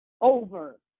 over